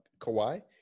Kawhi